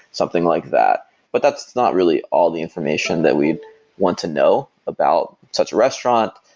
something like that, but that's not really all the information that we want to know about such a restaurant.